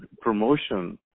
promotion